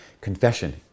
Confession